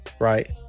Right